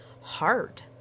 hard